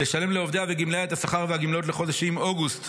לשלם לעובדיה וגמלאיה את השכר והגמלאות לחודשים אוגוסט,